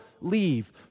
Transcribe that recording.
leave